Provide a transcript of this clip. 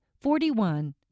forty-one